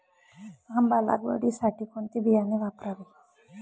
आंबा लागवडीसाठी कोणते बियाणे वापरावे?